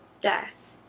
death